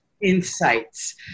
insights